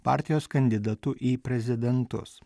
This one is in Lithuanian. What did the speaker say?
partijos kandidatu į prezidentus